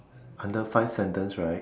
under five sentence right